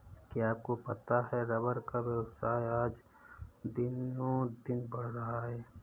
क्या आपको पता है रबर का व्यवसाय आज दिनोंदिन बढ़ रहा है?